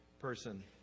person